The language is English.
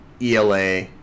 ela